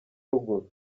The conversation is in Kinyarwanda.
ruguru